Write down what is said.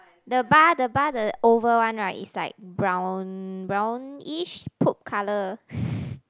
the bar the bar the oval one right is like brown brownish poop color